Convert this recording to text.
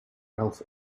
ralph